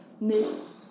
Miss